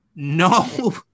No